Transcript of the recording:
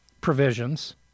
provisions